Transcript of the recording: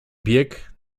bieg